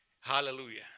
Hallelujah